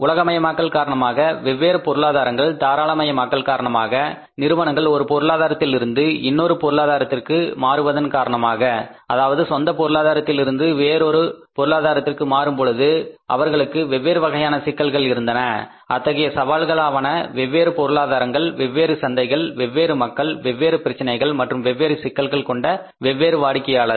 உலகமயமாக்கல் காரணமாக வெவ்வேறு பொருளாதாரங்கள் தாராளமயமாக்கல் காரணமாக நிறுவனங்கள் ஒரு பொருளாதாரத்தில் இருந்து இன்னொரு பொருளாதாரத்திற்கு மாறுவதன் காரணமாக அதாவது சொந்த பொருளாதாரத்தில் இருந்து வேறொரு பொருளாதாரத்திற்கு மாறும்போது அவர்களுக்கு வெவ்வேறு வகையான சிக்கல்கள் இருந்தன அத்தகைய சவால்களாவண வெவ்வேறு பொருளாதாரங்கள் வெவ்வேறு சந்தைகள் வெவ்வேறு மக்கள் வெவ்வேறு பிரச்சினைகள் மற்றும் வெவ்வேறு சிக்கல்கள் கொண்ட வெவ்வேறு வாடிக்கையாளர்கள்